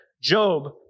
Job